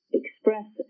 express